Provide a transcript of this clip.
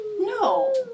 No